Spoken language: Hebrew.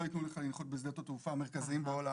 ייתנו לך לנחות בשדות התעופה המרכזיים בעולם.